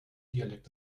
dialekt